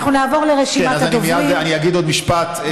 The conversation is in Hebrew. אנחנו נעבור לרשימת הדוברים, אני אגיד עוד משפט.